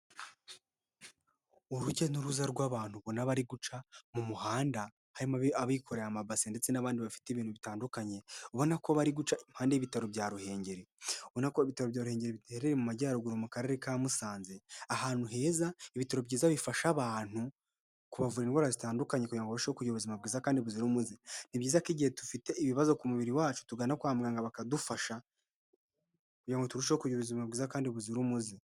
Urujya n'uruza rw'abantu ubona bari guca mu muhanda, harimo abikoreye amabasi ndetse n'abandi bafite ibintu bitandukanye, ubona ko bari guca impande y'ibitaro bya Ruhengeri, ubona ko ibitaro bya Ruhengeri biherereye mu Majyaruguru mu karere ka Musanze, ahantu heza, ibitaro byiza bifasha abantu kubavura indwara zitandukanye kugira ngo babashe kugira ngo barusheho kugira ubuzima bwiza kandi buzira umuze. Ni byiza ko igihe dufite ibibazo ku mubiri wacu tugana kwa muganga bakadufasha kugira ngo turusheho kugira ubuzima bwiza kandi buzira umuze.